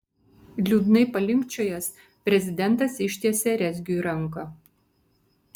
liūdnai palinkčiojęs prezidentas ištiesė rezgiui ranką